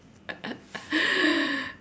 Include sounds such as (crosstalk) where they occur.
(laughs)